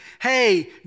hey